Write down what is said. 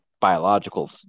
biological